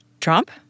Trump